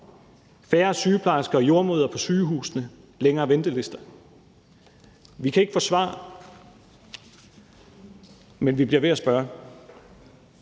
færre sygeplejersker og jordemødre på sygehusene og længere ventelister? Vi kan ikke få svar, men vi bliver ved med at spørge.